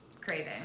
craving